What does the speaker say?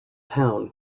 town